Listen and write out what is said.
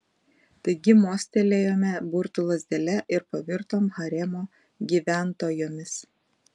taigi mostelėjome burtų lazdele ir pavirtom haremo gyventojomis